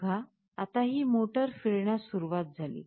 बघा आता ही मोटार फिरण्यास सुरवात झाली